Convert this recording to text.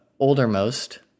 Oldermost